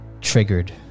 triggered